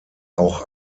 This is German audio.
auch